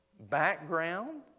Background